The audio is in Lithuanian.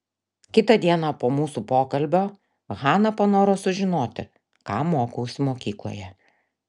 kitą dieną po mūsų pokalbio hana panoro sužinoti ką mokausi mokykloje